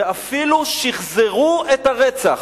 ואפילו שחזרו את הרצח.